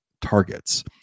targets